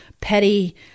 petty